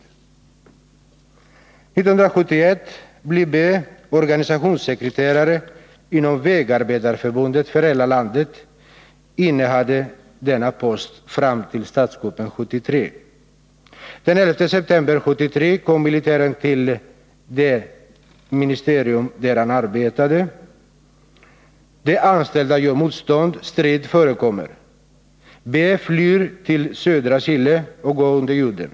År 1971 blir B organisationssekreterare inom vägarbetarförbundet för hela landet och innehar denna post fram till statskuppen 1973. Den 11 september 1973 kommer militären till det ministerium där han arbetade. De anställda gör motstånd, strid förekommer. B flyr till södra Chile och går under jorden.